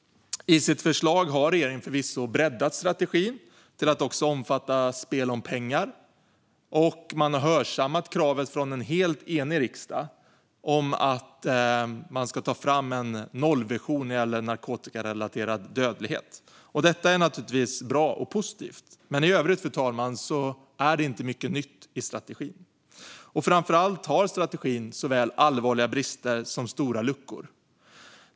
I sitt förslag har regeringen förvisso breddat strategin till att omfatta också spel om pengar, och man har hörsammat kravet från en helt enig riksdag på att ta fram en nollvision när det gäller narkotikarelaterad dödlighet. Det är naturligtvis bra och positivt, men i övrigt är det inte mycket nytt i strategin. Framför allt har strategin såväl allvarliga brister som stora luckor.